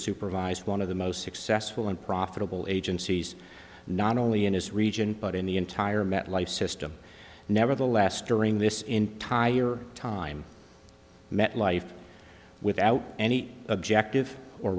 supervised one of the most successful and profitable agencies not only in his region but in the entire met life system nevertheless during this entire time met life without any objective or